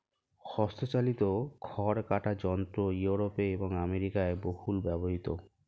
হস্তচালিত খড় কাটা যন্ত্র ইউরোপে এবং আমেরিকায় বহুল ব্যবহৃত